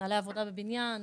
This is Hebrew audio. מנהלי עבודה ובניין,